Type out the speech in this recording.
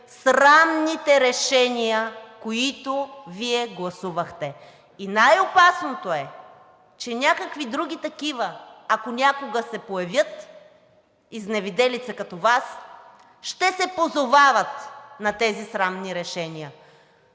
срамните решения, които Вие гласувахте. И най-опасното е, че някакви други такива, ако някога се появят изневиделица като Вас, ще се позовават на тези срамни решения.